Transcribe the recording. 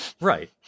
right